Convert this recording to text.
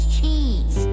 Cheese